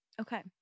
Okay